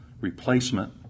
replacement